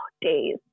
days